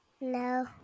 No